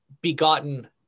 begotten